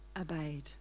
obeyed